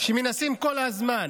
שמנסים כל הזמן